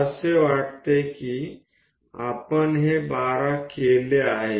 હું માનું છું કે આપણે 12 નો ઉપયોગ કર્યો છે